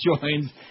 joins